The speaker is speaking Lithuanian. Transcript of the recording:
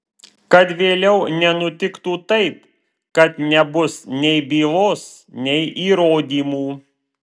kad vėliau nenutiktų taip kad nebus nei bylos nei įrodymų